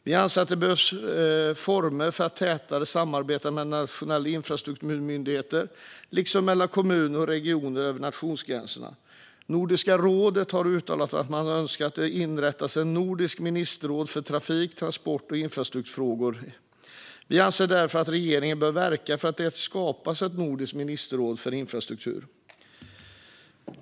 Vi anser att det behövs former för ett tätare samarbete mellan nationella infrastrukturmyndigheter liksom mellan kommuner och regioner över nationsgränserna. Nordiska rådet har uttalat att man önskar att det inrättas ett nordiskt ministerråd för trafik, transport och infrastrukturfrågor. Vi anser att regeringen bör verka för att det ska skapas ett nordiskt ministerråd för infrastruktur.